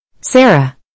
Sarah